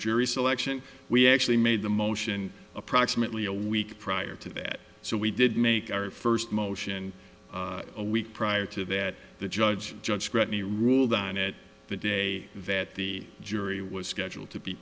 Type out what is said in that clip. jury selection we actually made the motion approximately a week prior to that so we did make our first motion a week prior to that the judge judge gretly ruled on it the day that the jury was scheduled to be